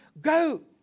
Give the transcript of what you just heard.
go